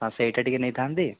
ହଁ ସେଇଟା ଟିକିଏ ନେଇଥାନ୍ତି